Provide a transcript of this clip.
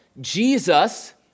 Jesus